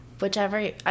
Whichever